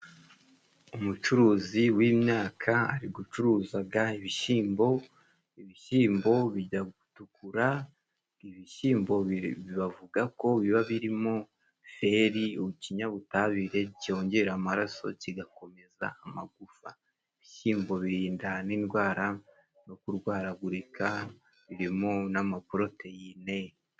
Umucuruzi w'imyaka ari gucuruzaga ibishyimbo, ibishyimbo bijya gutukura, ibishyimbo bavuga ko biba birimo feri, ikinyabutabire cyongera amaraso kigakomeza amagufa, ibishyimbo birinda n'indwara no kurwaragurika birimo n'amaporoteyine.